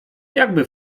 jakby